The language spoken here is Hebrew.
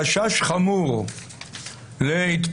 חשש חמור להתפרצות.